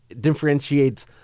differentiates